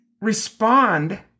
respond